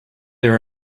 there